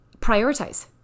prioritize